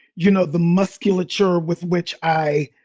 you know, the musculature with which i